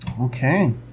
Okay